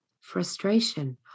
frustration